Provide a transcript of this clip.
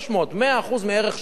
300,000. 100% ערך שמאי.